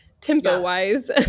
tempo-wise